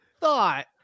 thought